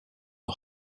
the